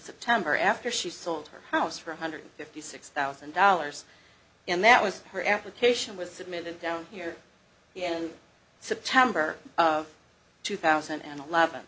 september after she sold her house for one hundred fifty six thousand dollars and that was her application was submitted down here in september two thousand and eleven